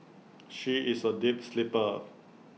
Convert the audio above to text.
she is A deep sleeper